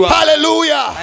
Hallelujah